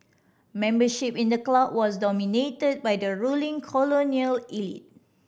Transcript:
membership in the club was dominated by the ruling colonial elite